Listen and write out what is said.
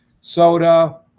soda